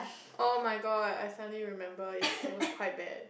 oh-my-god I suddenly remember it's it was quite bad